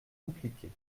compliquée